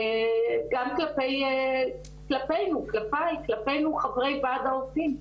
גם כלפינו, כלפי, כלפינו חברי ועד העובדים.